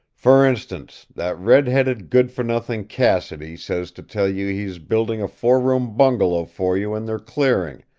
for instance, that red-headed good-for-nothing, cassidy, says to tell you he is building a four-room bungalow for you in their clearing,